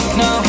no